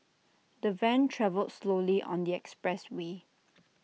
the van travelled slowly on the expressway